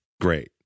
great